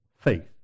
faith